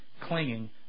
clinging